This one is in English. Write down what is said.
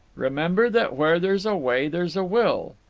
remember that where there's a way there's a will.